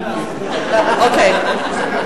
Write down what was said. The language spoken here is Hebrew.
אנחנו מוותרים.